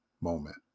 moment